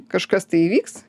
kažkas tai įvyks